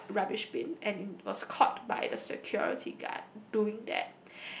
r~ gar~ rubbish bin and in was caught by the security guard doing that